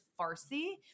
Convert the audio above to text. farsi